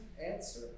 answer